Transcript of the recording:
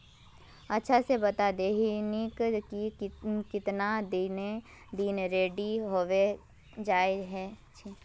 अच्छा से बता देतहिन की कीतना दिन रेडी होबे जाय के चही?